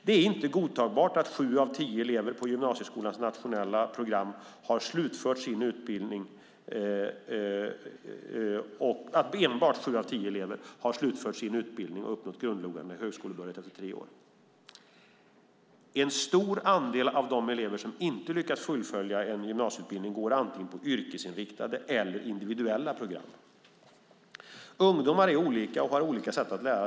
Det är inte godtagbart att endast sju av tio elever på gymnasieskolans nationella program har slutfört sin utbildning och uppnått grundläggande högskolebehörighet efter tre år. En stor andel av de elever som inte lyckas fullfölja en gymnasieutbildning går antingen på yrkesinriktade eller individuella program. Ungdomar är olika och har olika sätt att lära.